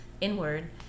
inward